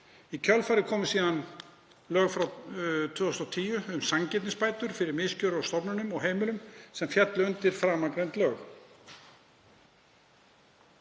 Í kjölfarið komu lög frá 2010 um sanngirnisbætur fyrir misgjörðir á stofnunum og heimilum sem féllu undir framangreind lög.